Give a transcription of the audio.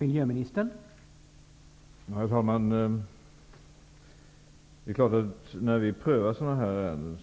Herr talman! När vi prövar sådana ärenden